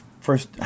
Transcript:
first